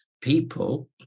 people